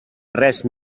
res